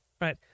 right